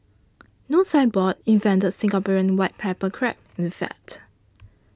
No Signboard invented Singaporean white pepper crab in fact